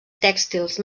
tèxtils